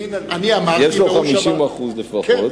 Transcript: יש לו 50% לפחות.